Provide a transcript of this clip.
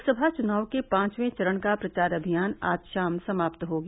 लोकसभा चुनाव के पांचवें चरण का प्रचार अभियान आज शाम समाप्त हो गया